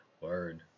Word